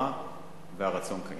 ידועה והרצון קיים.